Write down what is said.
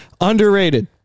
Underrated